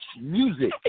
music